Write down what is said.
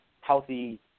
healthy